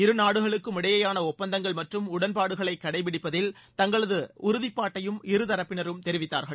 இருநாடுகளுக்குமிடையேயான ஒப்பந்தங்கள் மற்றும் உடன்பாடுகளை கடைப்பிடிப்பதில் தங்களது உறுதிப்பாட்டையும் இரு தரப்பினரும் தெரிவித்தார்கள்